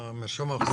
האוכלוסין.